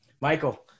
Michael